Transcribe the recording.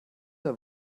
der